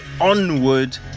Onward